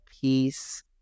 peace